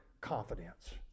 confidence